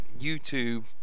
YouTube